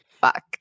fuck